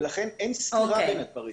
ולכן אין סתירה בין הדברים.